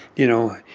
you know,